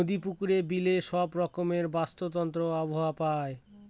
নদী, পুকুরে, বিলে সব রকমের বাস্তুতন্ত্র আবহাওয়া পায়